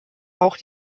auch